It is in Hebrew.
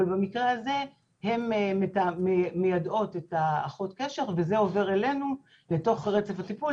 אבל במקרה הזה הן מיידעות את האחות קשר וזה עובר אלינו לתוך רצף הטיפול,